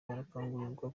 barakangurirwa